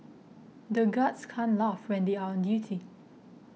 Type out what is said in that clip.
the guards can't laugh when they are on duty